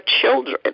children